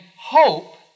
hope